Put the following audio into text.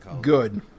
good